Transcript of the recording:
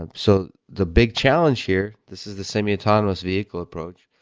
ah so the big challenge here, this is the semi-autonomous vehicle approach.